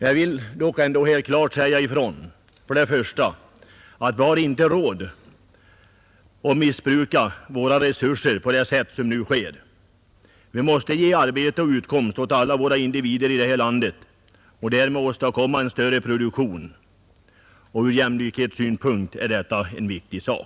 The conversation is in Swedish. Jag vill dock ändå för det första klart säga ifrån att vi inte har råd att missbruka våra resurser på det sätt som nu sker. Vi måste ge arbete och utkomst åt alla individer i vårt land och därmed åstadkomma större produktion. Ur jämlikhetssynpunkt är detta en viktig uppgift.